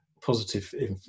positive